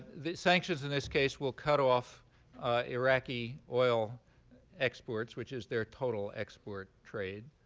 sanctions in this case will cut off iraqi oil exports, which is their total export trade.